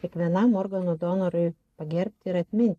kiekvienam organų donorui pagerbti ir atminti